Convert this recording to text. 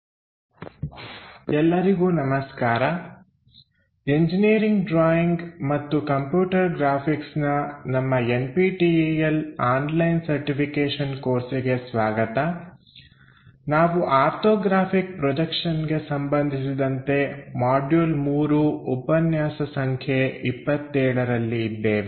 orthographic projection I ಭಾಗ 7 ಎಲ್ಲರಿಗೂ ನಮಸ್ಕಾರ ಎಂಜಿನಿಯರಿಂಗ್ ಡ್ರಾಯಿಂಗ್ ಮತ್ತು ಕಂಪ್ಯೂಟರ್ ಗ್ರಾಫಿಕ್ಸ್ನ ನಮ್ಮ N P T E L online certification ಕೋರ್ಸಿಗೆ ಸ್ವಾಗತ ನಾವು ಆರ್ಥೋಗ್ರಾಫಿಕ್ ಪ್ರೊಜೆಕ್ಷನ್ ಗೆ ಸಂಬಂಧಿಸಿದಂತೆ ಮಾಡ್ಯೂಲ್ 3 ಉಪನ್ಯಾಸ ಸಂಖ್ಯೆ 27 ರಲ್ಲಿ ಇದ್ದೇವೆ